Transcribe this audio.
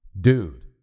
Dude